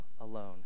alone